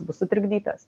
bus sutrikdytas